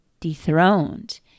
dethroned